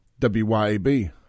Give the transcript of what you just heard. WYAB